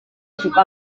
suka